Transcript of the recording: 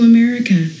America